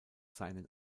seinen